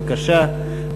בבקשה,